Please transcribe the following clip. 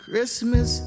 Christmas